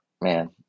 man